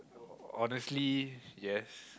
honestly yes